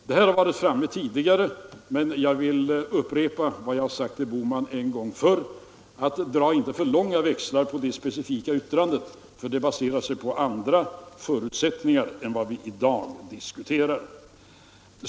Detta har varit uppe förut, men jag vill upprepa vad jag en gång tidigare sagt till herr Bohman: Dra inte för långa växlar på det här specifika yttrandet, för det baserar sig på andra förutsättningar än vad herr Bohman diskuterar.